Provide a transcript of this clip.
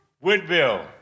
Woodville